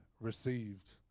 received